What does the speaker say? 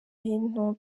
bintu